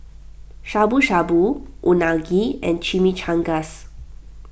Shabu Shabu Unagi and Chimichangas